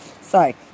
Sorry